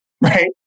Right